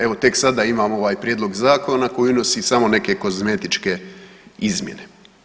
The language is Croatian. Evo, tek sada imamo ovaj prijedlog zakona koji unosi samo neke kozmetičke izmjene.